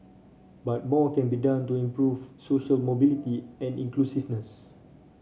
but more can be done to improve social mobility and inclusiveness